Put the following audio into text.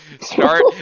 start